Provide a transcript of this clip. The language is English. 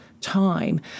time